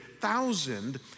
thousand